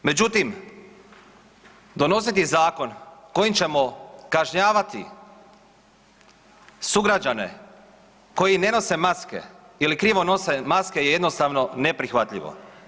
Međutim, donositi zakon kojim ćemo kažnjavati sugrađane koji ne nose maske ili krivo nose maske je jednostavno neprihvatljivo.